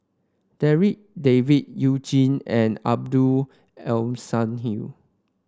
Darryl David You Jin and Abdul Aleem Siddique